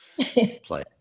play